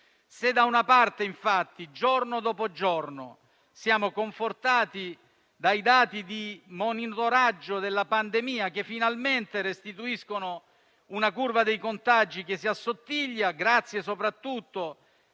Se, da una parte, giorno dopo giorno, siamo confortati dai dati di monitoraggio della pandemia, che finalmente restituiscono una curva dei contagi che si assottiglia, grazie soprattutto